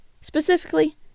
Specifically